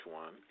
one